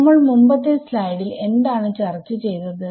നമ്മൾ മുമ്പത്തെ സ്ലൈഡിൽ എന്താണ് ചർച്ച ചെയ്തത്